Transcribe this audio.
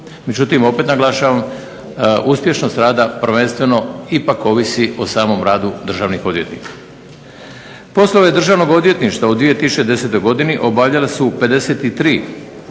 Međutim, opet naglašavam, uspješnost rada prvenstveno ipak ovisi o samom radu državnih odvjetnika. Posao državnog odvjetništva u 2010. godini obavljali su 53 općinska